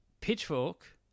Pitchfork